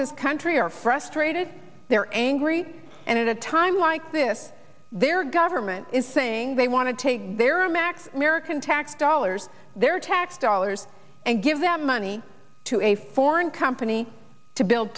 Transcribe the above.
this country are frustrated they're angry and at a time like this their government is saying they want to take their max american tax dollars their tax dollars and give that money to a foreign company to build